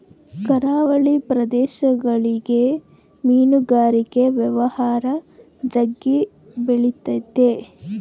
ಕರಾವಳಿ ಪ್ರದೇಶಗುಳಗ ಮೀನುಗಾರಿಕೆ ವ್ಯವಹಾರ ಜಗ್ಗಿ ಬೆಳಿತತೆ